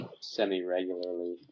semi-regularly